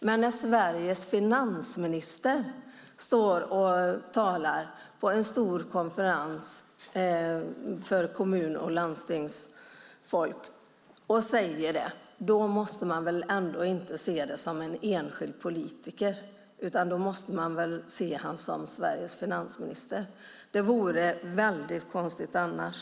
Men när Sveriges finansminister uttalar sig på en stor konferens för kommun och landstingsfolk kan man inte se det som en enskild politikers uttalande utan som ett uttalande av Sveriges finansminister. Det vore konstigt annars.